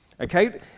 Okay